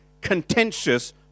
contentious